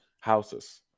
houses